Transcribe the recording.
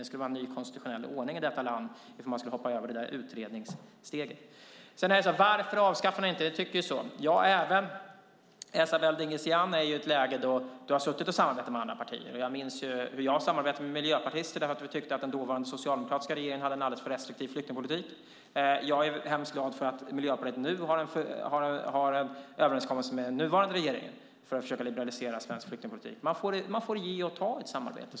Det skulle vara en ny konstitutionell ordning i detta land om man skulle hoppa över utredningssteget. Varför avskaffar vi inte detta när vi tycker så? Även Esabelle Dingizian har samarbetat med andra partier. Jag minns hur jag samarbetade med miljöpartister när vi tyckte att den dåvarande socialdemokratiska regeringen hade en alldeles för restriktiv flyktingpolitik. Jag är väldigt glad för att Miljöpartiet nu har en överenskommelse med den nuvarande regeringen för att försöka liberalisera svensk flyktingpolitik. Man får ge och ta i ett samarbete.